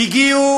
הגיעו